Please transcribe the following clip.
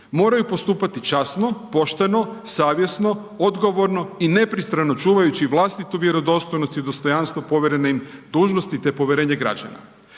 moraju postupati časno, pošteno, savjesno, odgovorno i nepristrano čuvajući vlastitu vjerodostojnost i dostojanstvo povjerene im dužnosti te povjerenje građana.